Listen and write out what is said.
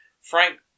Frank